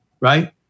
right